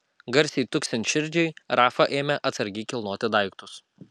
garsiai tuksint širdžiai rafa ėmė atsargiai kilnoti daiktus